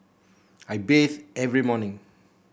I bathe every morning